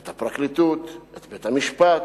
פרקליטות, בית-משפט,